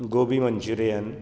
gobi Manchurian